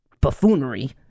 buffoonery